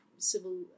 Civil